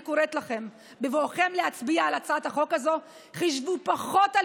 אני קוראת לכם: בבואכם להצביע על הצעת החוק הזאת חשבו פחות על